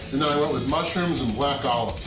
and then, i went with mushrooms and black um